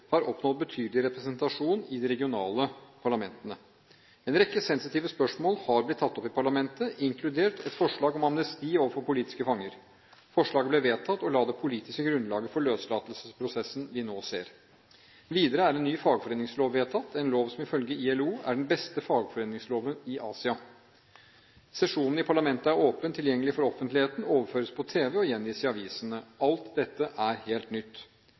har oppnådd betydelig representasjon i de regionale parlamentene. En rekke sensitive spørsmål har blitt tatt opp i parlamentet, inkludert et forslag om amnesti overfor politiske fanger. Forslaget ble vedtatt og la det politiske grunnlaget for løslatelsesprosessen vi nå ser. Videre er en ny fagforeningslov vedtatt, en lov som ifølge ILO er den beste fagforeningsloven i Asia. Sesjonene i parlamentet er åpent tilgjengelige for offentligheten, overføres på tv og gjengis i avisene. Alt dette er helt nytt.